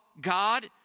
God